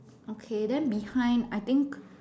okay then behind I think